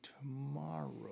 tomorrow